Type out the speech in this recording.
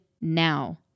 now